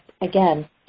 again